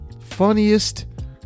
funniest